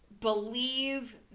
believe